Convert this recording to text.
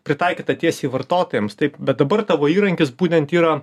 pritaikytą tiesiai vartotojams taip bet dabar tavo įrankis būtent yra